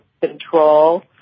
control